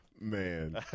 Man